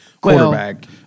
quarterback